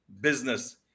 business